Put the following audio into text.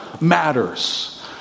matters